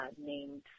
named